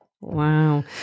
Wow